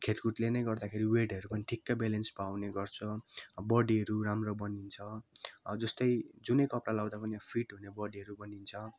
खेलकुदले नै गर्दाखेरि वेटहरू पनि ठिक्कै बेलेन्समा आउने गर्छ बडीहरू राम्रो बनिन्छ जस्तै जुनै कपडा लगाउँदा पनि फिट हुने बडीहरू बनिन्छ